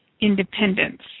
independence